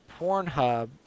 Pornhub